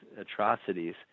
atrocities